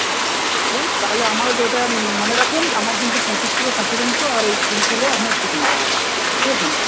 আচ্ছা ঠিক আছে তাহলে আমার এটা মনে রাখুন আমার কিন্তু পাঁচিশ কিলো খাসি মাংস আর ওই কুড়ি কিলো আপনার চিকেনটা লাগবে বুঝেছেন